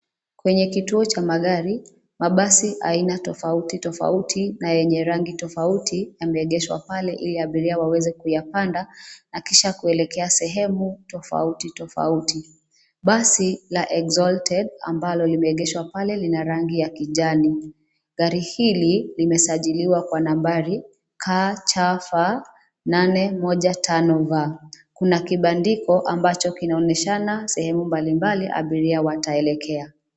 Kwenye kituo cha magari, mabasi aina tofauti tofauti na yenye rangi tofauti yameegeshwa pale ili abiria waweze kuyapanda, na kisha kuelekea sehemu, tofauti tofauti, basi la Exalted ambalo limeegeshwa pale lina rangi ya kijani, gari hili limesajiliwa kwa nambari, KCF 815V , kuna kibandiko ambacho kinaonyeshana sehemu mbali mbali abiria wataelekea.